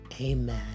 amen